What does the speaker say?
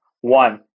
One